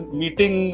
meeting